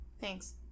Thanks